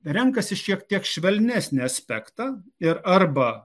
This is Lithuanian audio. renkasi šiek tiek švelnesnį aspektą ir arba